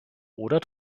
oder